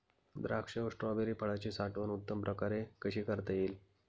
द्राक्ष व स्ट्रॉबेरी फळाची साठवण उत्तम प्रकारे कशी करता येईल?